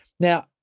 Now